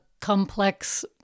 complex